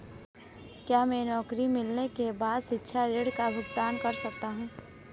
क्या मैं नौकरी मिलने के बाद शिक्षा ऋण का भुगतान शुरू कर सकता हूँ?